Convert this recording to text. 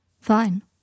Fine